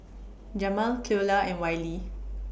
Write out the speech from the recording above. Jamaal Cleola and Wiley